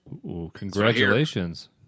congratulations